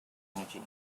energy